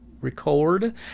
record